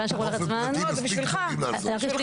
לא, זה בשבילך.